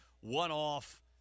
one-off